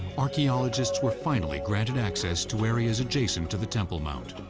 archaeologists were finally granted access to areas adjacent to the temple mount.